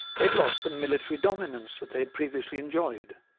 they had lost the military dominance that they had previously enjoyed.